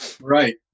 Right